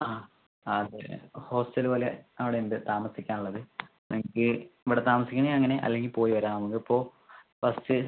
ആ അതെ ഹോസ്റ്റൽ പോലെ അവിടെ ഉണ്ട് താമസിക്കാൻ ഉള്ളത് നിങ്ങൾക്ക് ഇവിടെ താമസിക്കണമെങ്കിൽ അങ്ങനെ അല്ലെങ്കിൽ പോയി വരാം നമ്മൾക്ക് ഇപ്പോൾ ബസ്സ്